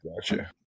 Gotcha